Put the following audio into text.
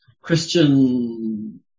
Christian